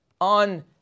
on